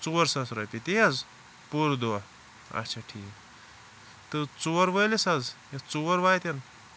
ژور ساس رۄپیہِ تی حظ پوٗرٕ دۄہ اَچھا ٹھیٖک تہٕ ژور وٲلِس حظ یتھ ژور واتن